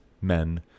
men